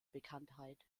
bekanntheit